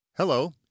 Hello